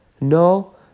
no